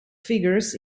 figures